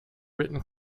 written